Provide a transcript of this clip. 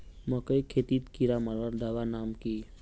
मकई खेतीत कीड़ा मारवार दवा नाम की?